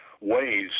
ways